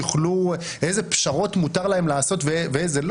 איזה פשרות מותר לנבחרי ציבור לעשות ואיזה לא?